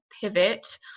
pivot